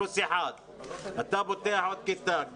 פלוס ילד אחד ואז פותחים עוד כיתה.